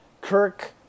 Kirk